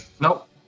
Nope